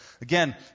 Again